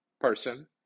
person